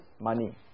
money